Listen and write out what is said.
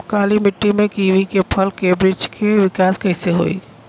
काली मिट्टी में कीवी के फल के बृछ के विकास कइसे होई?